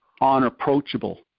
unapproachable